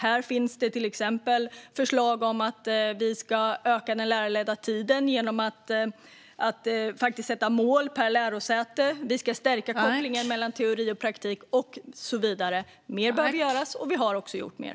Här finns till exempel förslag om att vi ska öka den lärarledda tiden genom att sätta mål för varje lärosäte. Vi ska stärka kopplingen mellan teori och praktik och så vidare. Mer behöver göras, och vi har också gjort mer.